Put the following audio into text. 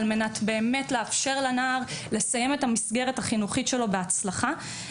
על מנת לאפשר לו לסיים את לימודיו במסגרת החינוכית בהצלחה.